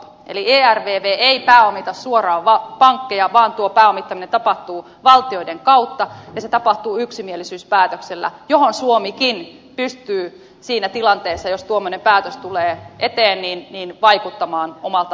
eli ervv ei pääomita suoraan pankkeja vaan tuo pääomittaminen tapahtuu valtioiden kautta ja se tapahtuu yksimielisyyspäätöksellä johon suomikin pystyy siinä tilanteessa jos tuommoinen päätös tulee eteen vaikuttamaan omalta osaltansa